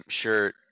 shirt